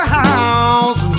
house